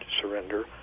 surrender